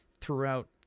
throughout